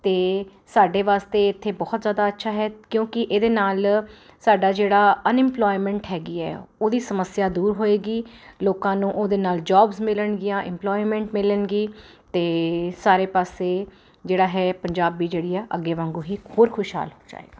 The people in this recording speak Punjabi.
ਅਤੇ ਸਾਡੇ ਵਾਸਤੇ ਇੱਥੇ ਬਹੁਤ ਜ਼ਿਆਦਾ ਅੱਛਾ ਹੈ ਕਿਉਂਕਿ ਇਹਦੇ ਨਾਲ ਸਾਡਾ ਜਿਹੜਾ ਅਨਇਮਪਲੋਇਮੈਂਟ ਹੈਗੀ ਹੈ ਉਹਦੀ ਸਮੱਸਿਆ ਦੂਰ ਹੋਏਗੀ ਲੋਕਾਂ ਨੂੰ ਉਹਦੇ ਨਾਲ ਜੋਬਸ ਮਿਲਣਗੀਆਂ ਇੰਪਲੋਇਮੈਂਟ ਮਿਲਣਗੀ ਅਤੇ ਸਾਰੇ ਪਾਸੇ ਜਿਹੜਾ ਹੈ ਪੰਜਾਬੀ ਜਿਹੜੀ ਆ ਅੱਗੇ ਵਾਂਗੂ ਹੀ ਹੋਰ ਖੁਸ਼ਹਾਲ ਹੋ ਜਾਏਗਾ